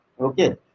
Okay